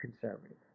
conservative